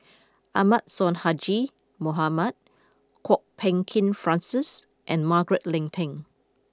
Ahmad Sonhadji Mohamad Kwok Peng Kin Francis and Margaret Leng Tan